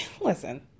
listen